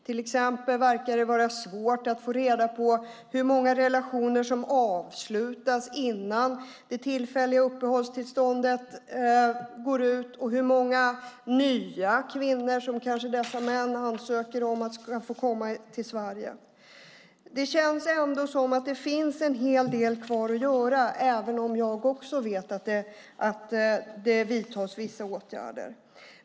Till exempel verkar det vara svårt att få reda på hur många relationer som avslutas innan det tillfälliga uppehållstillståndet går ut och hur många nya kvinnor som dessa män ansöker om ska få komma till Sverige. Det känns som att det finns en hel del kvar att göra även om jag också vet att det vidtas vissa åtgärder.